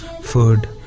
food